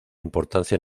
importancia